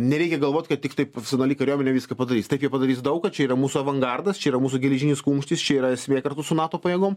nereikia galvot kad tiktai profesionali kariuomenė viską padarys tai padarys daug ką čia yra mūsų avangardas čia yra mūsų geležinis kumštis čia yra esmė kartu su nato pajėgom